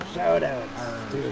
Shoutouts